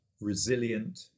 resilient